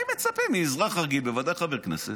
אני מצפה מאזרח רגיל, בוודאי חבר כנסת,